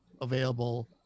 available